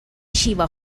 شیوا